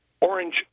orange